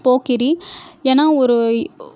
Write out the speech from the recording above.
போக்கிரி ஏனால் ஒரு இ ஓ